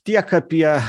tiek apie